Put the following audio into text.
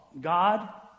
God